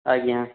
ଆଜ୍ଞା